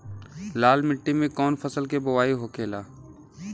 लाल मिट्टी में कौन फसल के बोवाई होखेला?